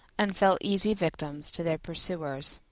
and fell easy victims to their pursuers.